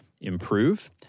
improve